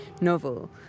novel